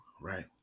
right